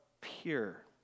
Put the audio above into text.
pure